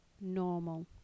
normal